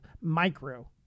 micro—